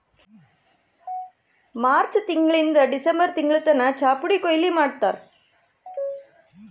March ತಿಂಗಳಿಂದ್ December ತಿಂಗಳ್ ತನ ಚಾಪುಡಿ ಬೆಳಿ ಕೊಯ್ಲಿ ಮಾಡ್ತಾರ್